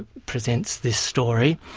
presents this story.